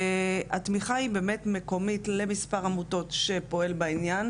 התמיכה היא באמת מקומית שפועל בעניין,